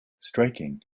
striking